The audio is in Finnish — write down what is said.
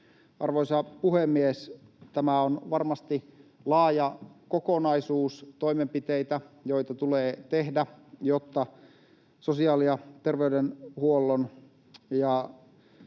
Arvoisa puhemies! Tämä on varmasti laaja kokonaisuus toimenpiteitä, joita tulee tehdä, jotta sosiaali- ja terveydenhuollon